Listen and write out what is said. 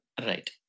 Right